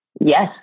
Yes